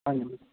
ਹਾਂਜੀ